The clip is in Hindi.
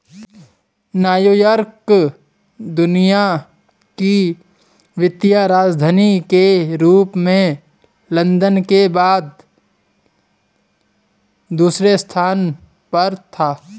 न्यूयॉर्क दुनिया की वित्तीय राजधानी के रूप में लंदन के बाद दूसरे स्थान पर था